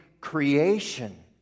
creation